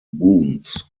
wounds